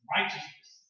Righteousness